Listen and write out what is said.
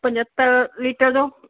पंजतरि लीटर जो